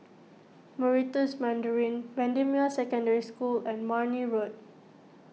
Meritus Mandarin Bendemeer Secondary School and Marne Road